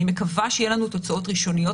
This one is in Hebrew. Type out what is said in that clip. אני מקווה שיהיו לנו תוצאות ראשוניות